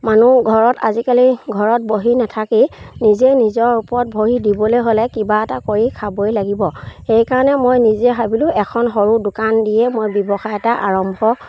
মানুহ ঘৰত আজিকালি ঘৰত বহি নাথাকি নিজে নিজৰ ওপৰত বহি দিবলৈ হ'লে কিবা এটা কৰি খাবই লাগিব সেইকাৰণে মই নিজে ভাবিলোঁ এখন সৰু দোকান দিয়ে মই ব্যৱসায় এটা আৰম্ভ